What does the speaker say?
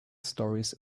stories